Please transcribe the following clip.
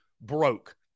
broke